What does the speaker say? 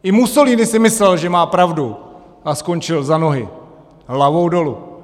I Mussolini si myslel, že má pravdu, a skončil za nohy hlavou dolu.